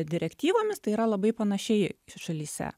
direktyvomis tai yra labai panašiai šalyse